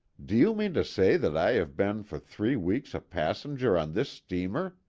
do you mean to say that i have been for three weeks a passenger on this steamer?